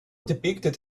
depicted